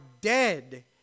dead